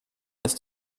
ist